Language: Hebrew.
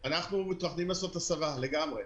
לגמרי,